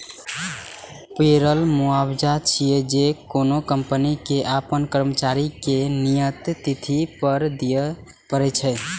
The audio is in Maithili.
पेरोल मुआवजा छियै, जे कोनो कंपनी कें अपन कर्मचारी कें नियत तिथि पर दियै पड़ै छै